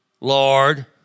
Lord